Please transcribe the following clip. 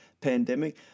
pandemic